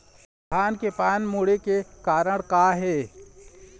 धान के पान मुड़े के कारण का हे?